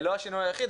לא השינוי היחיד,